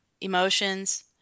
emotions